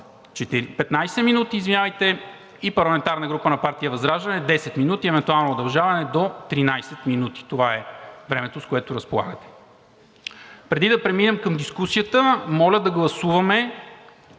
15 минути. Парламентарната група на партия ВЪЗРАЖДАНЕ – 10 минути, евентуално удължаване до 13 минути. Това е времето, с което разполагате. Преди да преминем към дискусията, моля да гласуваме